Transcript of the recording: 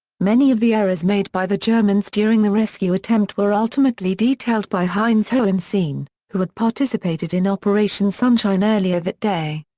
many of the errors made by the germans during the rescue attempt were ultimately detailed by heinz hohensinn, who had participated in operation sunshine earlier that day.